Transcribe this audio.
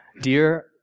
Dear